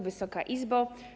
Wysoka Izbo!